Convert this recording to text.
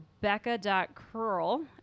Becca.curl